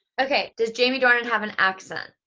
okay, does jamie dornan have an accent?